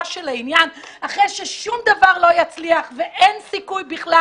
של העניין אחרי ששום דבר לא יצליח ואין סיכוי בכלל